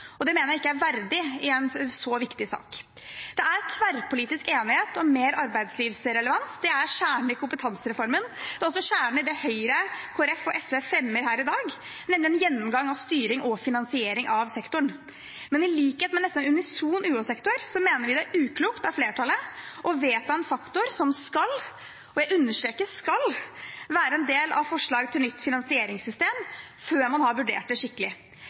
Det mener jeg ikke er verdig i en så viktig sak. Det er tverrpolitisk enighet om mer arbeidslivsrelevans. Det er kjernen i kompetansereformen. Det er også kjernen i det forslaget Høyre, Kristelig Folkeparti og SV fremmer her i dag, nemlig en gjennomgang av styring og finansiering av sektoren. Men i likhet med en nesten unison UH-sektor mener vi det er uklokt av flertallet å vedta en faktor som skal – og jeg understreker skal – være en del av forslag til nytt finansieringssystem, før man har vurdert det skikkelig.